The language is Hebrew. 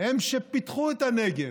הם שפיתחו את הנגב.